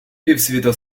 півсвіта